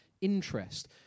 interest